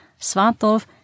Svatov